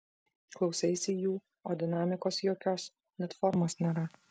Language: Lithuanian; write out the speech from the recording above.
klausaisi jų o dinamikos jokios net formos nėra